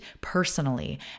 personally